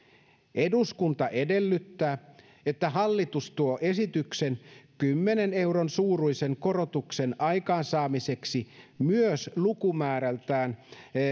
eduskunta edellyttää että hallitus tuo esityksen kymmenen euron suuruisen korotuksen aikaansaamiseksi myös lukumäärältään